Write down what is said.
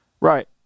Right